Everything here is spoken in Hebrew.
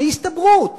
מהסתברות.